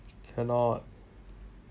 cannot